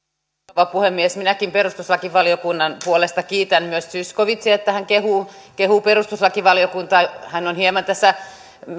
rouva puhemies minäkin perustuslakivaliokunnan puolesta kiitän myös zyskowiczia että hän kehuu kehuu perustuslakivaliokuntaa hän on hieman tässä